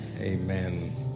amen